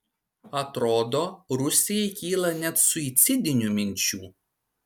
atrodo rusijai kyla net suicidinių minčių